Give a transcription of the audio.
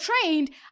trained